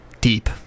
deep